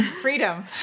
freedom